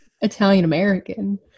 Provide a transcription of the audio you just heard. Italian-American